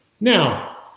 now